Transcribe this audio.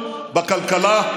בכלכלה,